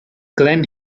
glen